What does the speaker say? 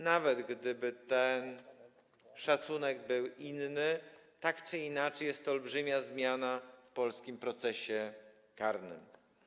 Nawet gdyby ten szacunek był inny, tak czy inaczej jest to olbrzymia zmiana w polskim procesie karnym.